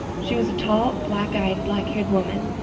she was a tall black-eyed, black-haired woman,